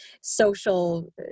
social